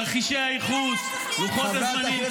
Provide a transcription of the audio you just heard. -- תרחישי הייחוס, לוחות הזמנים.